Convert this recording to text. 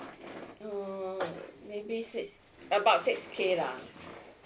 uh uh maybe six about six K lah